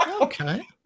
Okay